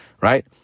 right